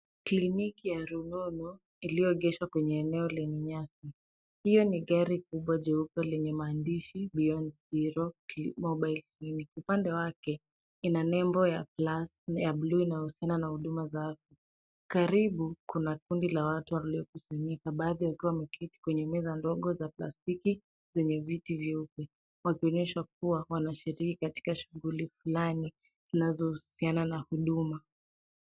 Kliniki ya rununu iliyoegeshwa kwenye eneo lenye nyasi. Hiyo ni gari kubwa jeupe lenye maandishi Beyond Zero Mobile Clinic . Upande wake ina nembo ya plus ya buluu inayohusiana na huduma za afya. Karibu kuna kundi la watu waliokusanyika, baadhi wakiwa wameketi kwenye meza ndogo za plastiki zenye viti vyeupe. Wakionyesha kuwa wanashiriki katika shughuli fulani zinazohusiana na huduma.